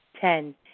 Ten